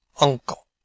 uncle